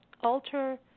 alter